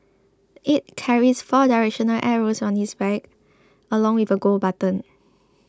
it carries four directional arrows on its back along with a Go button